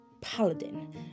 paladin